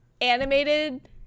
animated